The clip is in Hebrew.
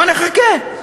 בוא נחכה.